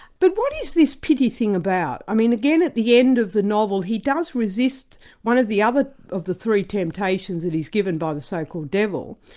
but what is this pity thing about? i mean again, at the end of the novel he does resist one of the other of the three temptations that he's given by the so-called devil,